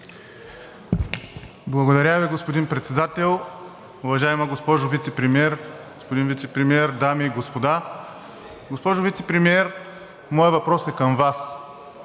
Благодаря Ви, господин Председател. Уважаема госпожо Вицепремиер, господин Вицепремиер, дами и господа! Госпожо Вицепремиер, моят въпрос е към Вас.